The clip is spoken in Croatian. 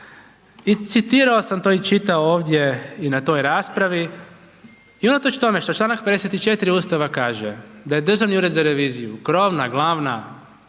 citirao sam to i čitao ovdje i na toj raspravi i unatoč tome što čl. 54. Ustava kaže, da je Državni ured za reviziju, krovna, glavna